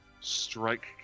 strike